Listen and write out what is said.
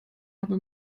habe